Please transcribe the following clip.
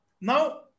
Now